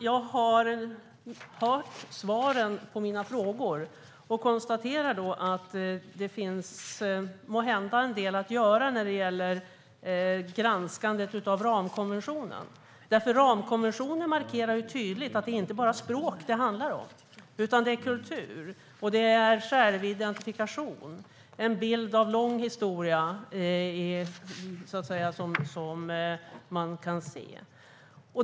Jag har hört svaren på mina frågor och konstaterar att det måhända finns en del att göra när det gäller granskandet av ramkonventionen. Ramkonventionen markerar nämligen tydligt att det inte bara handlar om språk utan också om kultur och självidentifikation - en bild av lång historia som man kan se, så att säga.